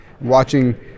watching